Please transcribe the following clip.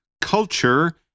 culture